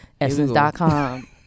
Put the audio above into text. Essence.com